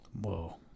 Whoa